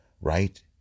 right